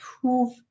prove